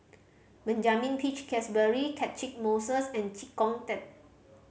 Benjamin Peach Keasberry Catchick Moses and Chee Kong Tet